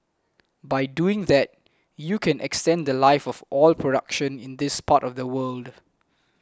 by doing that you can extend the Life of oil production in this part of the world